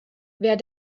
wer